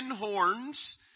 horns